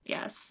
Yes